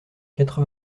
quatre